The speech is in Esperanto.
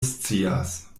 scias